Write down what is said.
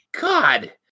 god